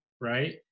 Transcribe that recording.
right